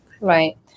Right